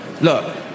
Look